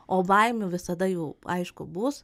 o baimių visada jų aišku bus